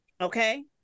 Okay